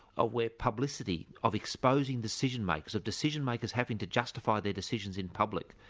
ah where publicity of exposing decision makers, of decision makers having to justify their decisions in public,